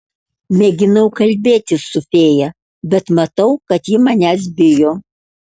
mėginau kalbėtis su fėja bet matau kad ji manęs bijo